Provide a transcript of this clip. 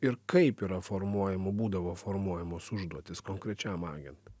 ir kaip yra formuojamų būdavo formuojamos užduotis konkrečiam agentui